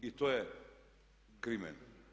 I to je krimen.